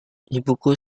ibuku